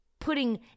putting